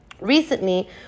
Recently